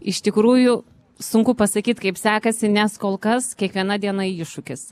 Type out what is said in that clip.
iš tikrųjų sunku pasakyt kaip sekasi nes kol kas kiekviena diena iššūkis